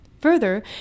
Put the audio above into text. Further